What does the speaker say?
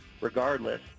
regardless